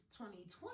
2020